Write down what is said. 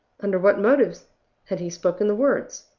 under what motives had he spoken the words?